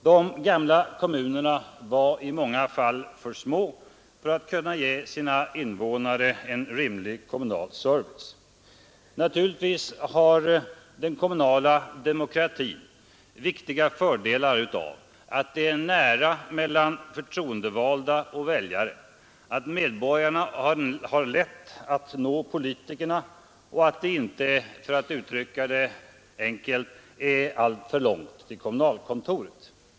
De gamla kommunerna var i många fall för små för att kunna ge sina invånare en rimlig kommunal service. Naturligtvis har den kommunala demokratin viktiga fördelar av att det är nära mellan förtroendevalda och väljare, att medborgarna lätt kan nå politikerna och att det inte — för att uttrycka det bildligt — är alltför långt till kommunalkontoret.